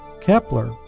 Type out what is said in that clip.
Kepler